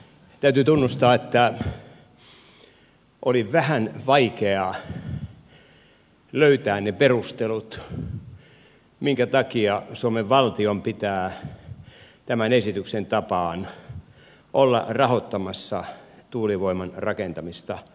täytyy tunnustaa että oli vähän vaikea löytää ne perustelut minkä takia suomen valtion pitää tämän esityksen tapaan olla rahoittamassa tuulivoiman rakentamista ahvenanmaalle